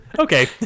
okay